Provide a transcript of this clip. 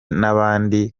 n’abandi